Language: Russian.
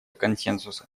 консенсуса